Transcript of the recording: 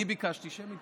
אני ביקשתי שמית.